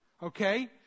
Okay